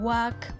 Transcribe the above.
Work